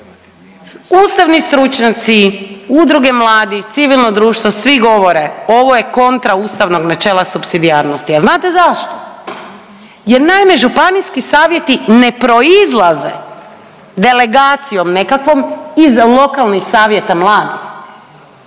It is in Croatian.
Ustavni stručnjaci, udruge mladih, civilno društvo, svi govore, ovo je kontra ustavnog načela supsidijarnosti, a znate zašto? Jer naime, županijski savjeti ne proizlaze delegacijom nekakvom iz lokalnih savjeta mladih.